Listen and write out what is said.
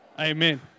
Amen